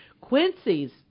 Quincy's